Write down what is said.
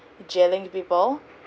jailing people